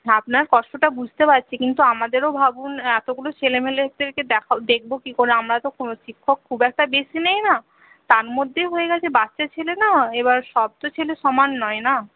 আপনার কষ্টটা বুঝতে পারছি কিন্তু আমাদেরও ভাবুন এতগুলো ছেলেমেলেদেরকে দেখা দেখব কী করে আমরা তো শিক্ষক খুব একটা বেশি নেই না তার মধ্যে হয়ে গেছে বাচ্চা ছেলে না এবার সব তো ছেলে সমান নয় না